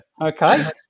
Okay